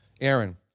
Aaron